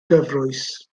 gyfrwys